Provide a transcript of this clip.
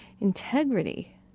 Integrity